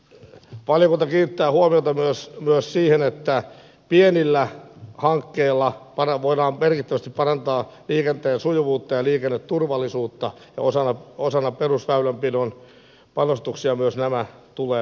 valiokunta kiinnittää huomiota myös siihen että pienillä hankkeilla voidaan merkittävästi parantaa liikenteen sujuvuutta ja liikenneturvallisuutta ja osana perusväylänpidon panostuksia myös nämä tulee muistaa